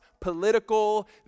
political